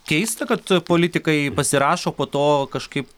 keista kad politikai pasirašo po to kažkaip